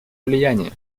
влияние